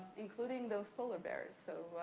including those polar bears. so,